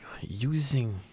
using